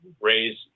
raise